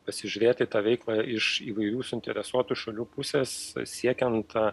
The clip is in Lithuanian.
pasižiūrėti į tą veiklą iš įvairių suinteresuotų šalių pusės siekiant